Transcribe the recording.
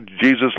Jesus